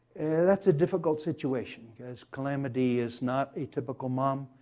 that's a difficult situation, because calamity is not a typical mom.